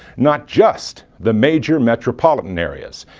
not just the major metropolitan areas.